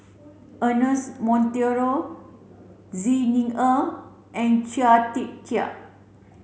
Ernest Monteiro Xi Ni Er and Chia Tee Chiak